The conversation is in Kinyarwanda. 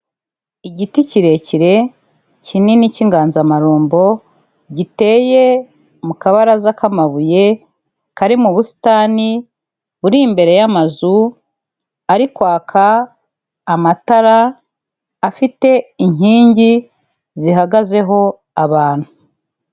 Igiti kirekire kinini cy'inganzamarumbo giteye mu kabaraza k'amabuye, kari mu busitani buri imbere y'amazu ari kwaka amatara, afite inkingi zihagazeho abantu.